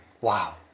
Wow